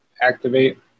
activate